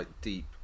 deep